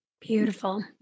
Beautiful